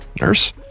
Nurse